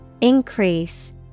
Increase